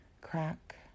crack